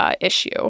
issue